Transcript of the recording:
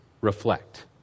reflect